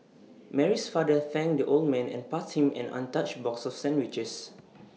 Mary's father thanked the old man and passed him an untouched box of sandwiches